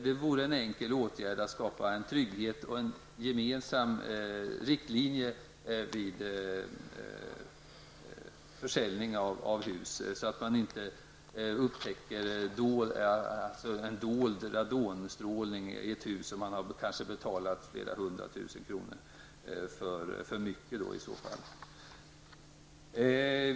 Det vore en enkel åtgärd för att skapa trygghet och en gemensam riktlinje vid försäljning av hus, så att man inte upptäcker dold radonstrålning i ett hus, som man i så fall har betalat flera hundra tusen kronor för mycket för.